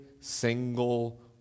single